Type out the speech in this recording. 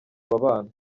bana